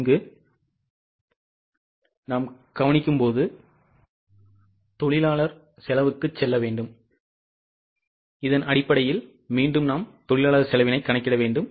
இப்போது இதன் அடிப்படையில் தயவுசெய்து தொழிலாளர் செலவுக்குச் செல்லுங்கள்